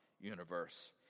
universe